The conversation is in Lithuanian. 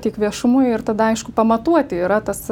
tik viešumui ir tada aišku pamatuoti yra tas